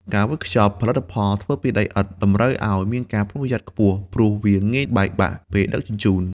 ការវេចខ្ចប់ ផលិតផលធ្វើពីដីឥដ្ឋតម្រូវឱ្យមានការប្រុងប្រយ័ត្នខ្ពស់ ព្រោះវាងាយបែកបាក់ពេលដឹកជញ្ជូន។